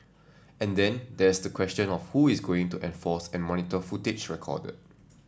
and then there's the question of who is going to enforce and monitor footage recorded